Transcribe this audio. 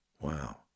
Wow